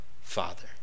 Father